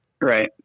Right